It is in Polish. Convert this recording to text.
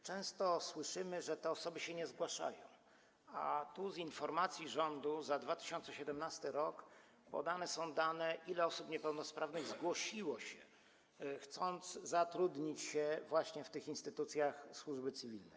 Często słyszymy, że te osoby się nie zgłaszają, a tu z informacji rządu za 2017 r. podane są dane, ile osób niepełnosprawnych zgłosiło się, chcąc zatrudnić się właśnie w tych instytucjach służby cywilnej.